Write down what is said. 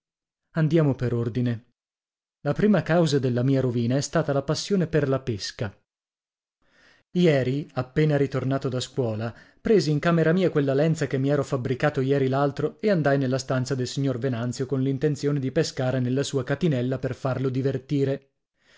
andiamo per ordine la prima causa della mia rovina è stata la passione per la pesca ieri appena ritornato da scuola presi in camera mia quella lenza che mi ero fabbricato ieri l'altro e andai nella stanza del signor venanzio con l'intenzione di pescare nella sua catinella per farlo divertire